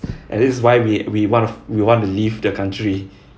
and this why we we want to we want to leave the country